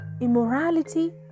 immorality